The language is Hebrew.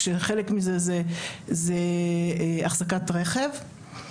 כשחלק מזה זה אחזקת רכב.